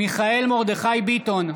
מיכאל מרדכי ביטון,